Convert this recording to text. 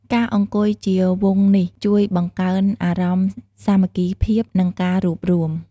ការអង្គុយជាវង់នេះជួយបង្កើនអារម្មណ៍សាមគ្គីភាព និងការរួបរួម។